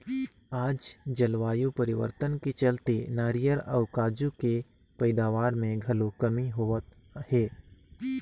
आज जलवायु परिवर्तन के चलते नारियर अउ काजू के पइदावार मे घलो कमी होवत हे